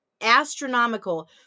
astronomical